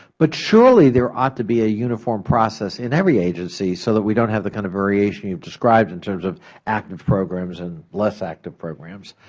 but surely there ought to be a uniform process in every agency, so that we donot have the kind of variation you have described in terms of active programs and less active programs.